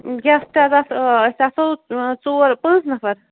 ٲں گیٚسٹہٕ حظ آسہٕ أسۍ آسو ٲں ژور پانٛژھ نَفر